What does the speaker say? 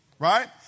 right